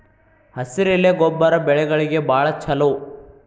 ಹಸಿರೆಲೆ ಗೊಬ್ಬರ ಬೆಳೆಗಳಿಗೆ ಬಾಳ ಚಲೋ